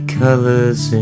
colors